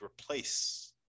replace